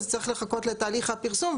אז צריך לחכות לתהליך הפרסום.